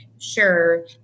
sure